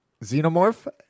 Xenomorph